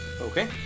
Okay